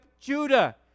Judah